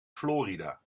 florida